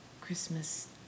Christmas